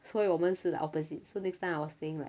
所以我们是 like opposite so next time I was saying like